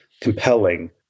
compelling